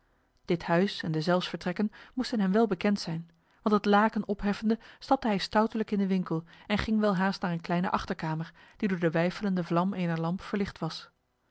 dit huis en deszelfs vertrekken moesten hem wel bekend zijn want het laken opheffende stapte hij stoutelijk in de winkel en ging welhaast naar een kleine achterkamer die door de weifelende vlam ener lamp verlicht was